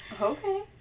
Okay